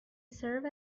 serve